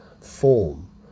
form